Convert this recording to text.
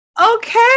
Okay